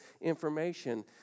information